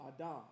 Adam